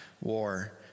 war